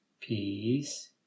Peace